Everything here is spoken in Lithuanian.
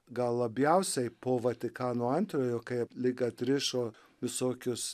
gal labiausiai po vatikano antrojo kai aplink atrišo visokius